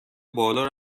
بالا